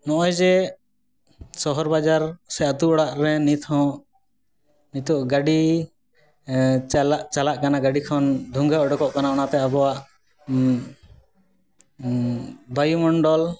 ᱱᱚᱜᱼᱚᱸᱭ ᱡᱮ ᱥᱚᱦᱚᱨ ᱵᱟᱡᱟᱨ ᱥᱮ ᱟᱛᱳ ᱚᱲᱟᱜᱨᱮ ᱱᱤᱛᱦᱚᱸ ᱱᱤᱛᱚᱜ ᱜᱟᱹᱰᱤ ᱪᱟᱞᱟᱜ ᱪᱟᱞᱟᱜ ᱠᱟᱱᱟ ᱜᱟᱹᱰᱤ ᱠᱷᱚᱱ ᱫᱷᱩᱸᱜᱟᱹ ᱚᱰᱳᱠᱚᱜ ᱠᱟᱱᱟ ᱚᱱᱟᱛᱮ ᱟᱵᱚᱣᱟᱜ ᱵᱟᱭᱩᱢᱚᱱᱰᱚᱞ